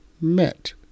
Met